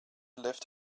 left